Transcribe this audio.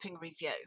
review